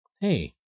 Hey